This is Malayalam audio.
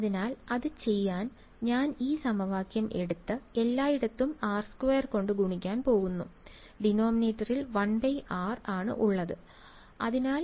അതിനാൽ അത് ചെയ്യാൻ ഞാൻ ഈ സമവാക്യം എടുത്ത് എല്ലായിടത്തും r2 കൊണ്ട് ഗുണിക്കാൻ പോകുന്നു ഡിനോമിനേറ്ററിൽ 1r ഉള്ളത് എനിക്ക് ഇഷ്ടമല്ല